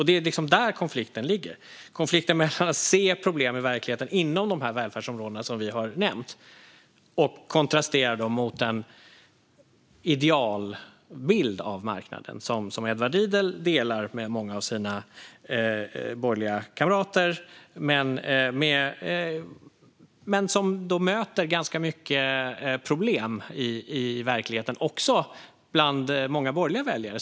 Det är där konflikten ligger: konflikten mellan att se problem i verkligheten inom de välfärdsområden som vi här har nämnt och den idealbild av marknaden som Edward Riedl delar med många av sina borgerliga kamrater men som möter ganska mycket problem i verkligheten, också bland många borgerliga väljare.